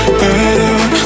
better